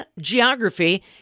geography